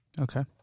Okay